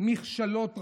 מכשלות רבות.